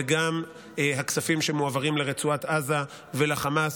וגם הכספים שמועברים לרצועת עזה ולחמאס,